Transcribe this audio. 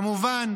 כמובן,